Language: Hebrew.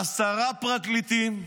עשרה פרקליטים,